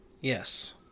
Yes